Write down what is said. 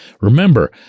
remember